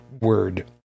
word